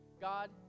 God